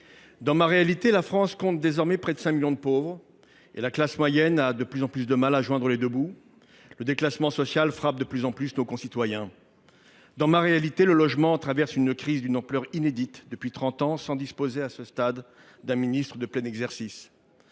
Dans ma réalité, la France compte désormais près de 5 millions de pauvres et la classe moyenne a de plus en plus de mal à joindre les deux bouts. Le déclassement social frappe de plus en plus nos concitoyens. Dans ma réalité, le logement traverse une crise d’une ampleur inédite depuis trente ans, sans que nous disposions, à ce stade, d’un ministre de plein exercice.